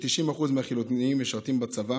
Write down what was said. "90% מהחילונים משרתים בצבא